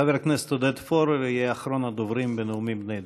חבר הכנסת עודד פורר יהיה אחרון הדוברים בנאומים בני דקה.